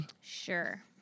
Sure